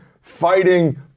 fighting